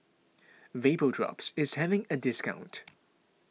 Vapodrops is having a discount